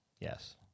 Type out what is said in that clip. Yes